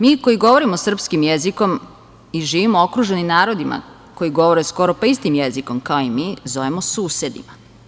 Mi koji govorimo srpskim jezikom i živimo okruženi narodima koji govore skoro pa istim jezikom kao i mi zovemo susedima.